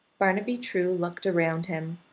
barnaby true looked around him,